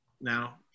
now